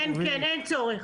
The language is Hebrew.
אין צורך.